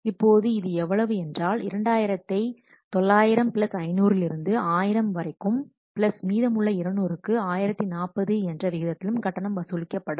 இப்போது இது எவ்வளவு என்றால் 2000 ஐ 900 பிளஸ் 500 லிருந்து 1000 வரைக்கும் பிளஸ் மீதமுள்ள 200க்கு 1040 என்ற விகிதத்திலும் கட்டணம் வசூலிக்கப்படும்